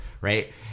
right